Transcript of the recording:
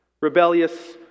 rebellious